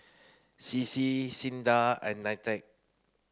C C SINDA and NITEC